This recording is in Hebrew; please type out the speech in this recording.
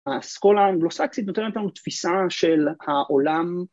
‫האסכולה האנגלוסקסית ‫נותנת לנו תפיסה של העולם.